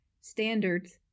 standards